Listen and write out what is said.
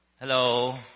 Hello